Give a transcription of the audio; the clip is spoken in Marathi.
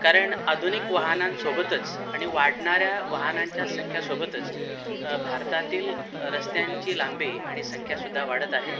कारण आधुनिक वाहनांसोबतच आणि वाढणाऱ्या वाहनांच्या संख्या सोबतच भारतातील रस्त्यांची लांबी आणि संख्यासुद्धा वाढत आहे